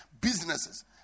businesses